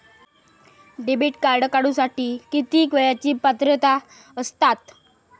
Debit card काढूसाठी किती वयाची पात्रता असतात?